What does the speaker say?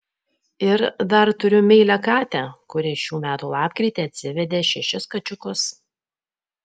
ir dar turiu meilią katę kuri šių metų lapkritį atsivedė šešis kačiukus